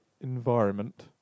environment